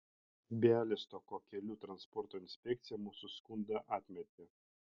bialystoko kelių transporto inspekcija mūsų skundą atmetė